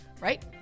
Right